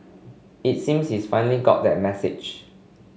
it seems he's finally got that message